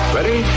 Ready